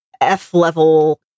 F-level